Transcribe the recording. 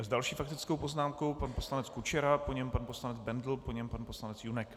S další faktickou poznámkou pan poslanec Kučera, po něm pan poslanec Bendl, po něm pan poslanec Junek.